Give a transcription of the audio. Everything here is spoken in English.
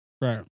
Right